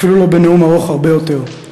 ואפילו לא בנאום ארוך הרבה יותר.